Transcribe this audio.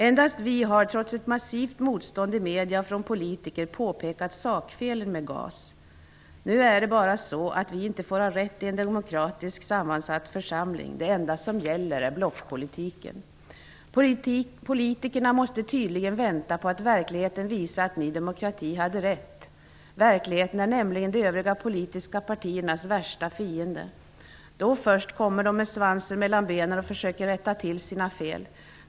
Endast vi har, trots ett massivt motstånd i medier och från politiker, pekat på sakfelen när det gäller GAS. Nu är det bara så att vi inte får ha rätt i en demokratiskt sammansatt församling. Det enda som gäller är blockpolitiken. Politikerna måste tydligen vänta på att verkligheten visar att Ny demokrati hade rätt -- verkligheten är nämligen de övriga politiska partiernas värsta fiende. Då först kommer de med svansen mellan benen och försöker komma till rätta med sina fel.